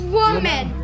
woman